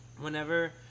Whenever